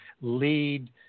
lead